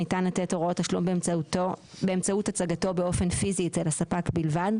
ניתן לתת הוראות תשלום באמצעות הצגתו באופן פיזי אצל הספק בלבד.